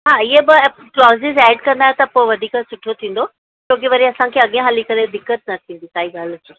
हा इहा क्लोज़िस एड कंदा त पोइ वधीक सुठो थींदो छोकी वरी असांखे अॻियां हली करे दिक़त न थींदी काई ॻाल्हि हुजे